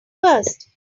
first